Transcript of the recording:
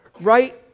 right